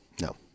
No